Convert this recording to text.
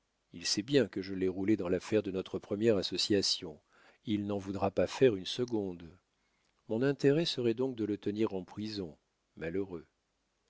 il sait bien que je l'ai roulé dans l'affaire de notre première association il n'en voudra pas faire une seconde mon intérêt serait donc de le tenir en prison malheureux